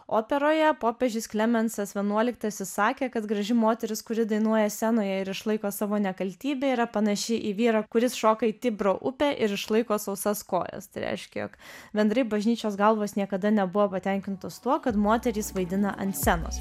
operoje popiežius klemensas vienuoliktasis sakė kad graži moteris kuri dainuoja scenoje ir išlaiko savo nekaltybę yra panaši į vyrą kuris šoka į tibro upę ir išlaiko sausas kojas tai reiškia jog bendrai bažnyčios galvos niekada nebuvo patenkintos tuo kad moterys vaidina ant scenos